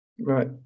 Right